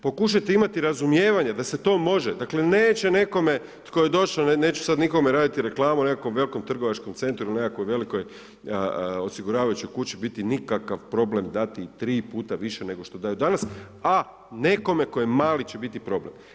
Pokušajte imati razumijevanja da se to može, dakle neće nekome tko je došao, neću sada nikome raditi reklamu o nekakvom velikom trgovačkom centru ili nekakvoj velikoj osiguravajućoj kući biti nikakav problem dati i tri puta više nego što daje danas a nekome tko je mali će biti problem.